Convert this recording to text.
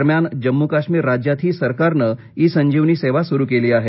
दरम्यान जम्मू काश्मीर राज्यातही सरकारनं इ संजीवनी सेवा सुरू केली आहे